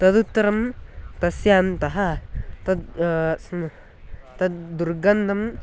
तदुत्तरं तस्यान्तः तद् तद् दुर्गन्धं